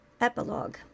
Epilogue